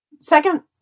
second